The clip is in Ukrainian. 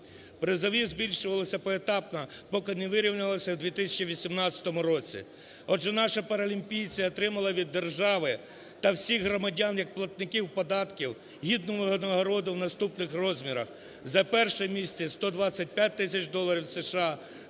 Призові збільшувались поетапно, поки не вирівнялися в 2018 році. Отже, наші паралімпійці отримали від держави та всіх громадян як платників податків гідну винагороду в наступних розмірах: за перше місце – 125 тисяч доларів США,